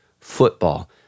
football